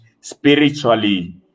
spiritually